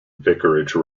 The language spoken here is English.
vicarage